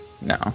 No